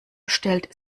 stellt